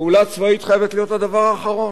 פעולה צבאית חייבת להיות הדבר האחרון.